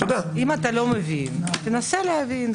אם אתה לא מבין, תנסה להבין.